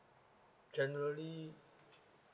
generally